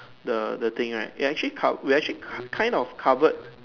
the the thing right we actually co~ we actually kind of cover